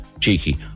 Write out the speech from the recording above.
cheeky